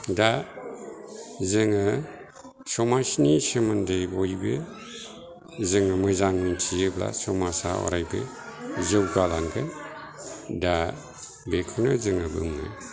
दा जोङो समाजनि सोमोन्दै बयबो जोङो मोजां मोनथियोब्ला समाजा अरायबो जौगालांगोन दा बेखौनो जोङो बुङो